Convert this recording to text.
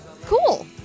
cool